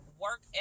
work